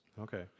Okay